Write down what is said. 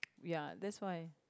ya that's why